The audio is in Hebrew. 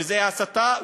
וזה הסתה,